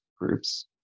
groups